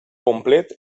complet